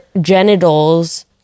genitals